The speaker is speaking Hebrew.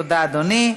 תודה, אדוני.